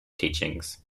teachings